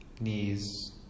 knees